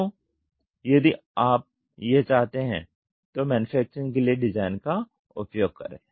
तो यदि आप यह चाहते हैं तो मैन्युफैक्चरिंग के लिए डिजाइन का उपयोग करें